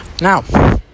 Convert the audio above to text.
Now